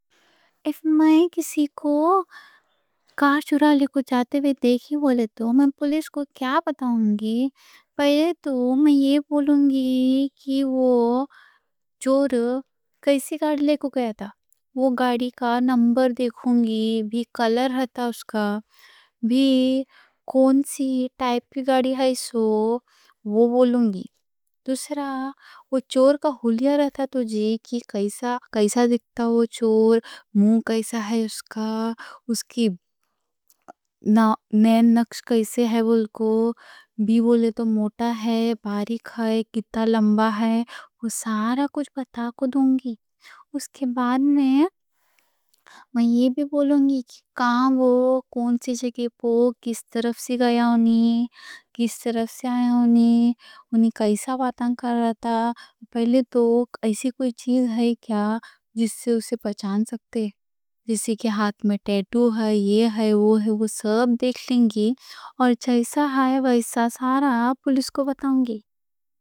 اگر میں کسی کو کار چوری لے جاتے ہوئے دیکھوں گی تو میں پولیس کو کیا بتاؤں گی؟ پہلے تو میں یہ بولوں گی کہ وہ چور کیسے گاڑی لے گیا تھا۔ وہ گاڑی کا نمبر دیکھوں گی، کلر بھی رہتا اس کا، کون سی ٹائپ گاڑی ہے سو وہ بولوں گی۔ دوسرا، وہ چور کا حُلیہ رہتا تو جی کیسا دِکھتا، وہ چور، مُون کیسا ہے اس کا، اس کے نقش کیسے ہے، وہ کو بھی بولے تو موٹا ہے، باریک ہے، کتنا لمبا ہے، وہ سارا کچھ بتا کو دوں گی۔ اس کے بعد میں میں یہ بھی بولوں گی کہ کون سی جگہ، کس طرف سے گیا ہونی، کس طرف سے آیا ہونی، ہونی کیسا باتاں کر رہا تھا۔ پہلے تو، ایسی کوئی چیز ہے کیا جس سے اسے پہچان سکتے، جسے کے ہاتھ میں ٹیٹو ہے، یہ ہے، وہ ہے، وہ سب دیکھ لوں گی اور چیسا ہے ویسا سارا پولیس کو بتاؤں گی۔